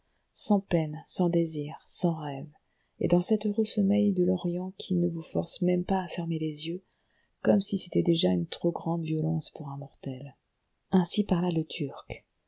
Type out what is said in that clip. sans peine sans désirs sans rêve et dans cet heureux sommeil de l'orient qui ne vous force même pas à fermer les yeux comme si c'était déjà une trop grande violence pour un mortel ainsi parla le